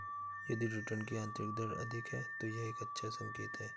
यदि रिटर्न की आंतरिक दर अधिक है, तो यह एक अच्छा संकेत है